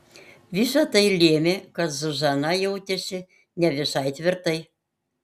visa tai lėmė kad zuzana jautėsi ne visai tvirtai